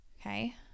Okay